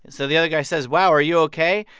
so the other guy says, wow. are you ok?